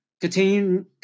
continue